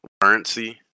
currency